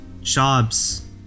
Jobs